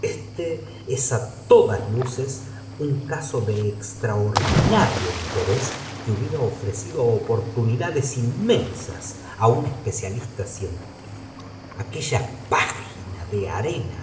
este vea á todas luces un caso de extraordinario interés que hubiera ofrecido oportunidades inmensas á un especialista científico aquella página de arena